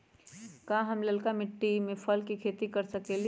का हम लालका मिट्टी में फल के खेती कर सकेली?